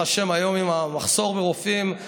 מעבדות ינוצלו מה שנקרא 24/7 בזמן שזה נדרש.